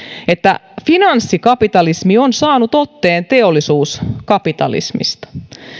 että finanssikapitalismi on saanut otteen teollisuuskapitalismista